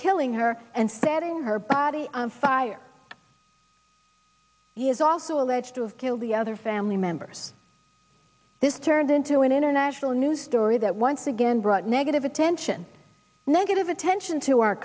killing her and setting her body on fire he is also alleged to have killed the other family members this turned into an international news story that once again brought negative attention negative attention to our